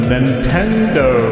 Nintendo